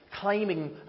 claiming